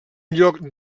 lloc